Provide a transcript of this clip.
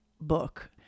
book